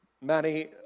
Manny